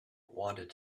wanted